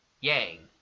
Yang